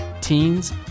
teens